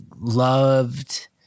loved